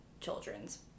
children's